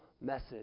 message